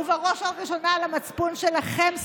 ובראש ובראשונה על המצפון שלכם,